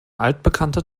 altbekannte